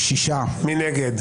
מי נגד?